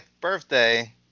birthday